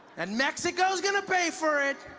and mexico is going to pay for it